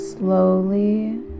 slowly